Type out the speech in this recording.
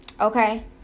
Okay